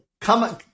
come